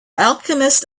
alchemist